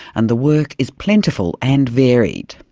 and the work is plentiful and varied.